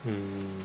mm